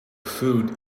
food